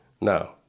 no